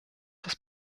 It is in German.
des